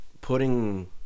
putting